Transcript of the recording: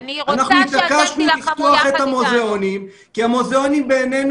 אנחנו התעקשנו לפתוח את המוזיאונים כי בעיננו